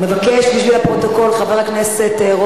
התשס"ט 2009,